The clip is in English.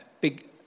big